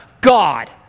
God